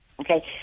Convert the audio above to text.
okay